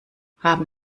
haben